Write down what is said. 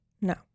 no